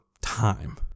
time